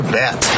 bet